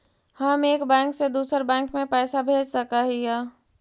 हम एक बैंक से दुसर बैंक में पैसा भेज सक हिय?